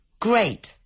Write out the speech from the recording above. Great